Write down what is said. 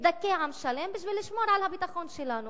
לדכא עם שלם בשביל לשמור על הביטחון שלנו.